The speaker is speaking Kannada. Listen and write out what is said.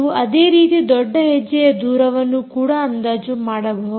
ನೀವು ಅದೇ ರೀತಿ ದೊಡ್ಡ ಹೆಜ್ಜೆಯ ದೂರವನ್ನು ಕೂಡ ಅಂದಾಜು ಮಾಡಬಹುದು